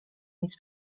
nic